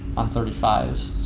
on thirty five